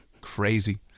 Crazy